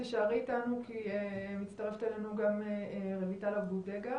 תישארי איתנו כי מצטרפת אלינו גם רויטל אבו דגה,